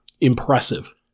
impressive